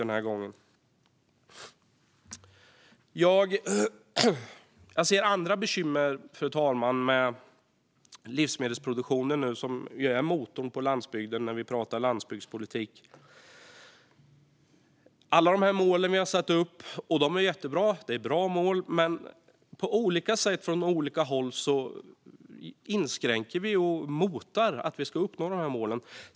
Fru talman! Jag ser andra bekymmer med livsmedelsproduktionen, som ju är motorn på landsbygden när vi pratar landsbygdspolitik. Alla de mål vi har satt upp är bra, men på olika sätt och från olika håll inskränker vi och motar bort möjligheten att uppnå dem.